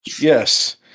Yes